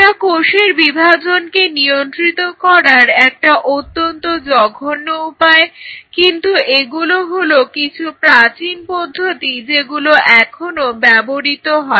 এটা কোষের বিভাজনকে নিয়ন্ত্রণ করার একটা অত্যন্ত জঘন্য উপায় কিন্তু এগুলো হলো কিছু প্রাচীন পদ্ধতি যেগুলো এখনও ব্যবহৃত হয়